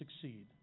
succeed